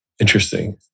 Interesting